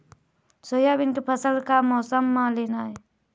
Soybean के फसल का मौसम म लेना ये?